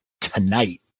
tonight